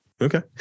Okay